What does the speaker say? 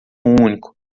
único